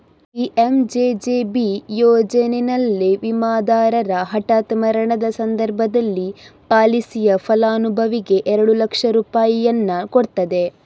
PMJJB ಯೋಜನೆನಲ್ಲಿ ವಿಮಾದಾರರ ಹಠಾತ್ ಮರಣದ ಸಂದರ್ಭದಲ್ಲಿ ಪಾಲಿಸಿಯ ಫಲಾನುಭವಿಗೆ ಎರಡು ಲಕ್ಷ ರೂಪಾಯಿಯನ್ನ ಕೊಡ್ತದೆ